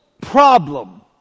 problem